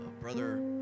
brother